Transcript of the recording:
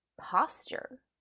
posture